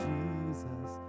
Jesus